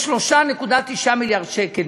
יש 3.9 מיליארד שקל,